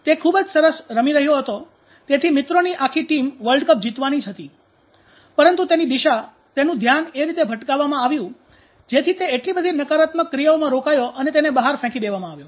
તે ખૂબ જ સરસ રમી રહ્યો હતો તેથી મિત્રોની આખી ટીમ વર્લ્ડ કપ જીતવાની જ હતી પરંતુ તેની દિશા તેનું ધ્યાન એ રીતે ભટકાવવામાં આવ્યું જેથી તે એટલી બધી નકારાત્મક ક્રિયાઓમાં રોકાયો અને તેને બહાર ફેંકી દેવામાં આવ્યો